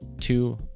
two